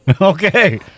okay